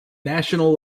national